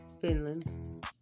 Finland